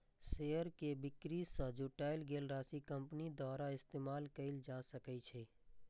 share के बिक्री सं जुटायल गेल राशि कंपनी द्वारा इस्तेमाल कैल जा सकै छै